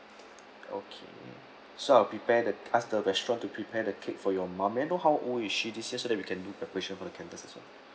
okay so I'll prepared the ask the restaurant to prepare the cake for your mum may I know how old is she this year so we can do preparation for the candles